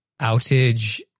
outage